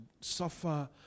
suffer